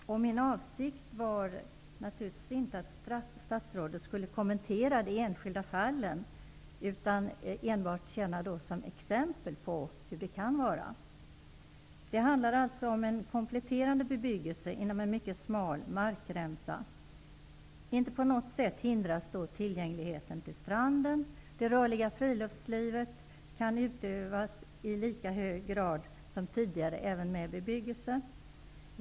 Min avsikt var naturligtvis inte att statsrådet skulle kommentera de enskilda fallen, utan de skulle tjäna som exempel på hur det kan vara. Det handlar alltså om en kompletterande bebyggelse inom en mycket smal markremsa. Tillgängligheten till stranden hindras inte på något sätt. Det rörliga friluftslivet kan utövas i lika hög grad som tidigare även med bebyggelse.